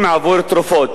לצערי הרב,